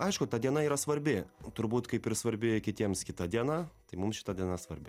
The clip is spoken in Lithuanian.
aišku ta diena yra svarbi turbūt kaip ir svarbi kitiems kita diena tai mum šita diena svarbi